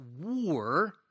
war